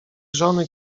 żony